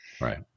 Right